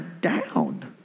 down